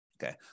Okay